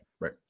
Right